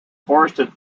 forested